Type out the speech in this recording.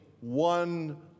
one